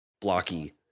blocky